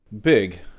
Big